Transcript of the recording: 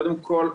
קודם כול,